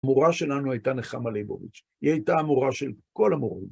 המורה שלנו הייתה נחמה לייבוביץ. היא הייתה המורה של כל המורות.